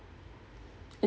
it